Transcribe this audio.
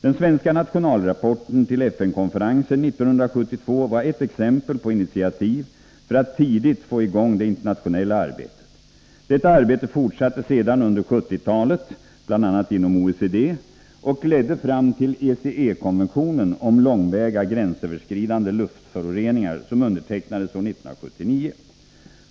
Den svenska nationalrapporten till FN-konferensen 1972 var ett exempel på initiativ för att tidigt få i gång det internationella arbetet. Detta arbete fortsatte sedan under 1970-talet, bl.a. inom OECD, och ledde fram till ECE-konventionen om långväga gränsöverskridande luftföroreningar, vilken konvention undertecknades år 1979.